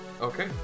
Okay